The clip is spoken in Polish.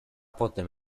potem